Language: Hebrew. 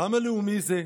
כמה לאומי זה?